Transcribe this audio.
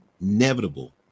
inevitable